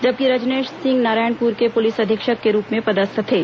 जबकि रजनेश सिंह नारायणपुर के पुलिस अधीक्षक के रूप में पदस्थ थे